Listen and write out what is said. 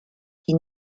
die